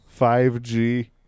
5G